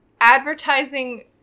advertising